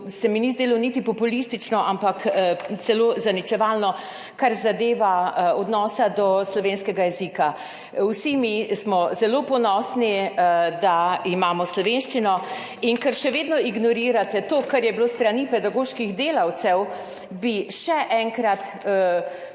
se mi ni zdelo niti populistično, ampak celo zaničevalno, kar zadeva odnosa do slovenskega jezika. Vsi mi smo zelo ponosni, da imamo slovenščino. In ker še vedno ignorirate to, kar je bilo s strani pedagoških delavcev, bi še enkrat